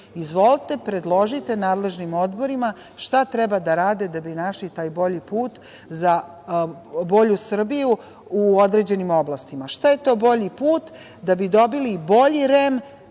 Izvolite, predložite nadležnim odborima šta treba da rade da bi našli taj bolji put za bolju Srbiju u određenim oblastima, šta je to bolji put da bi dobili i bolji